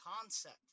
concept